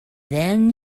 then